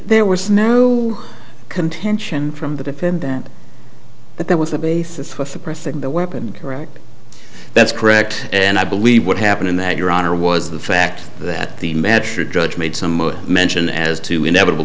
there was no contention from the defendant that there was a basis for suppressing the weapon correct that's correct and i believe what happened in that your honor was the fact that the magistrate judge made some mention as to inevitabl